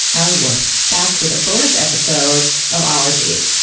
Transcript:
alie ward, back with a bonus episode of ologies.